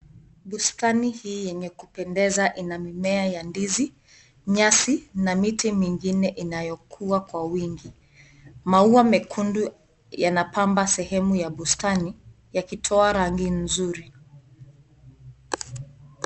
Bustani hii yenye inapendeza ina mimea ya ndizi, nyasi na miti mingine inayokuwa Kwa wingi . Maua mekundu yanapampa sehemu ya bustani yakitoa rangi nzuri.